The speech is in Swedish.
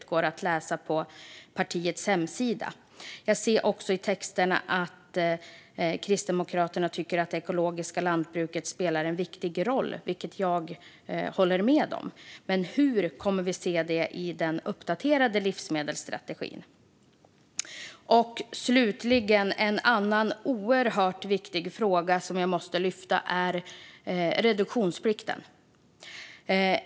Det går att läsa på partiets hemsida. Jag ser också i texterna att Kristdemokraterna tycker att det ekologiska lantbruket spelar en viktig roll, vilket jag håller med om. Men hur kommer vi att se det i den uppdaterade livsmedelsstrategin? Slutligen måste jag lyfta en annan oerhört viktig fråga, nämligen reduktionsplikten.